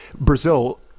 Brazil